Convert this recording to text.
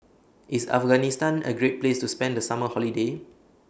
IS Afghanistan A Great Place to spend The Summer Holiday